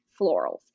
florals